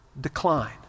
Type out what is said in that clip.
decline